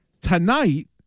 Tonight